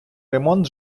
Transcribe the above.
ремонт